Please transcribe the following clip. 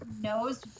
knows